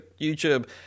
YouTube